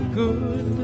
good